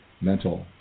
mental